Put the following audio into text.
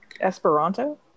Esperanto